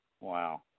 Wow